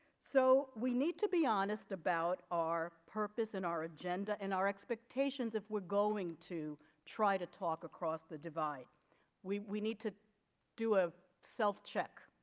so we need to be honest about our purpose and our agenda and our expectations if we're going to try to talk across the divide we we need to do a self check